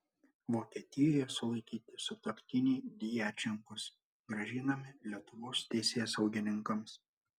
vokietijoje sulaikyti sutuoktiniai djačenkos grąžinami lietuvos teisėsaugininkams